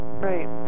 right